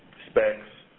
specs.